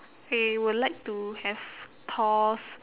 I would like to have thor's